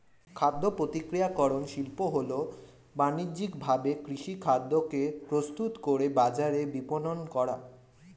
খাদ্যপ্রক্রিয়াকরণ শিল্প হল বানিজ্যিকভাবে কৃষিখাদ্যকে প্রস্তুত করে বাজারে বিপণন করা